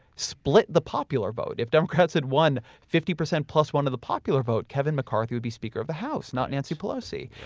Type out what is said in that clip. split the popular vote, if democrats had won fifty percent plus one of the popular vote, kevin mccarthy would be speaker of the house, not nancy pelosi.